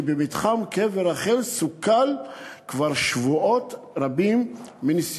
במתחם קבר רחל מסוכלים ניסיונות פיגוע שונים כבר שבועות רבים.